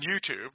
YouTube